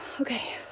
Okay